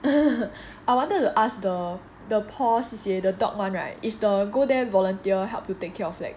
I wanted to ask the the paw C_C_A the dog [one] [right] is the go their volunteer help you take care of like